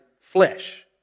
flesh